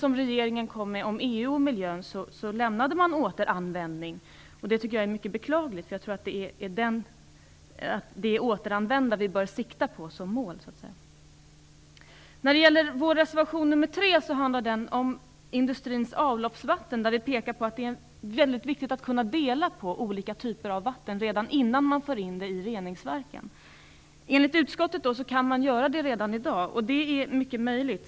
I regeringens skrivelse om EU och miljön lämnade man återanvändning, vilket jag tycker är mycket beklagligt, eftersom jag anser att vi måste ha återanvändning som mål. Reservation 3 handlar om industrins avloppsvatten. I den pekar vi på att det är mycket viktigt att kunna dela på olika typer av vatten redan innan man för in det i reningsverken. Enligt utskottet kan man göra det redan i dag. Det är mycket möjligt.